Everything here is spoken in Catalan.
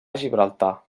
gibraltar